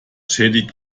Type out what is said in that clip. schädigt